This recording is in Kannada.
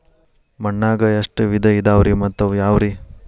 ಮಣ್ಣಾಗ ಎಷ್ಟ ವಿಧ ಇದಾವ್ರಿ ಮತ್ತ ಅವು ಯಾವ್ರೇ?